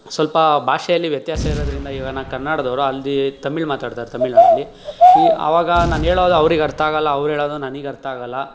ಸ್ವಲ್ಪ ಭಾಷೆಯಲ್ಲಿ ವ್ಯತ್ಯಾಸ ಇರೋದರಿಂದ ಇವಾಗ ನಾ ಕನ್ನಡದವ್ರು ಅಲ್ಲಿ ತಮಿಳ್ ಮಾತಾಡ್ತಾರೆ ತಮಿಳ್ನಾಡಲ್ಲಿ ಈ ಆವಾಗ ನಾನು ಹೇಳೋದು ಅವ್ರಿಗೆ ಅರ್ಥ ಆಗಲ್ಲ ಅವ್ರು ಹೇಳೋದು ನನಗೆ ಅರ್ಥ ಆಗಲ್ಲ